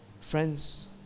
Friends